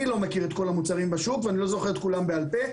אני לא מכיר את כל המוצרים בשוק ואני לא זוכר את כולם בעל פה.